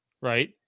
right